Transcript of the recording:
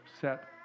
set